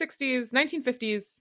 1950s